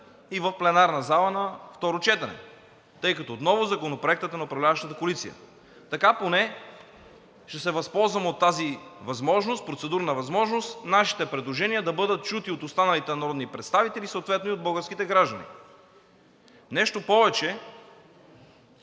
и в пленарната зала на второ четене, тъй като отново Законопроектът е на управляващата коалиция. Така поне ще се възползваме от тази процедурна възможност нашите предложения да бъдат чути от останалите народни представители – съответно и от българските граждани. Нещо повече,